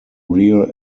rear